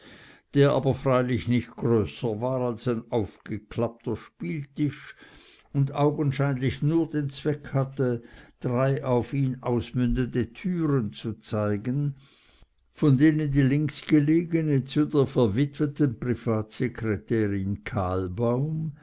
der aber freilich nicht größer war als ein aufgeklappter spieltisch und augenscheinlich nur den zweck hatte drei auf ihn ausmündende türen zu zeigen von denen die links gelegene zu der verwitweten